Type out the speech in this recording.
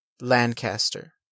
Lancaster